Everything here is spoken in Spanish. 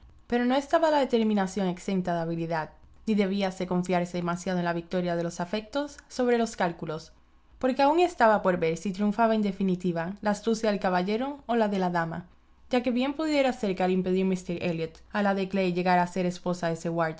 pero no estaba la determinación exenta de habilidad ni debía confiarse demasiado en la victoria de los afectos sobre los cálculos porque aun estaba por ver si triunfaba en definitiva la astucia del caballero o la de la dama ya que bien pudiera ser que al impedir míster elliot a la de clay llegar a